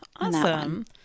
Awesome